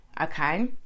okay